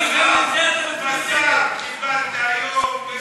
בשר קיבלת היום.